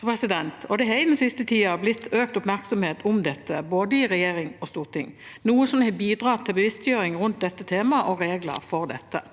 Det har den siste tida blitt økt oppmerksomhet om dette i både regjering og storting, noe som har bidratt til bevisstgjøring rundt dette temaet og regler for dette.